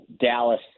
Dallas